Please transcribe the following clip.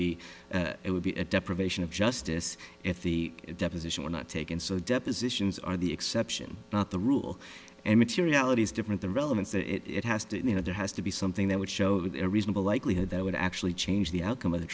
be it would be a deprivation of justice if the deposition were not taken so depositions are the exception not the rule and materiality is different the relevance that it has to you know there has to be something that would show that in a reasonable likelihood they would actually change the outcome of the